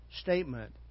statement